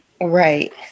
Right